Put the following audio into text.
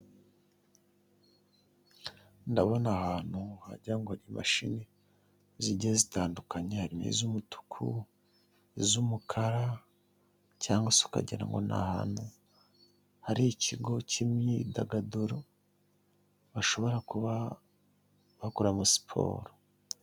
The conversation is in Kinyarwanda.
Ndabona ahantu hajya ngo imashini zigiye zitandukanye, harimo n'iz'umutuku, iz'umukara cyangwa se ukagirango ngo ni ahantu hari ikigo cy'imyidagaduro bashobora kuba bakoreramo siporo.